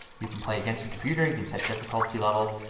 you can play against the computer. you can set difficulty level.